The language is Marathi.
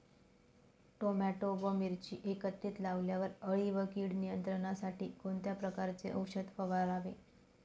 टोमॅटो व मिरची एकत्रित लावल्यावर अळी व कीड नियंत्रणासाठी कोणत्या प्रकारचे औषध फवारावे?